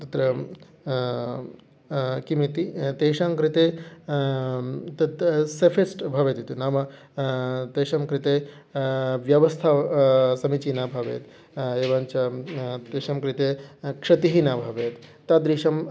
तत्र किमिति तेषां कृते तत् सेफे़स्ट् भवति तत् नाम तेषां कृते व्यवस्था समीचीना भवेत् एवञ्च तेषां कृते क्षतिः न भवेत् तादृशं